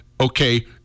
okay